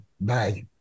Bye